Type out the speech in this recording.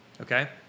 okay